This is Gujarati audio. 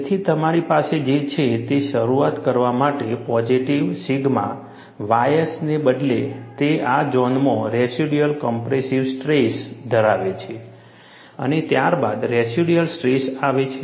તેથી તમારી પાસે જે છે તે શરૂઆત કરવા માટે પોઝિટિવ સિગ્મા ys ને બદલે તે આ ઝોનમાં રેસિડ્યુઅલ કોમ્પ્રેસિવ સ્ટ્રેસ ધરાવે છે અને ત્યારબાદ રેસિડ્યુઅલ સ્ટ્રેસ આવે છે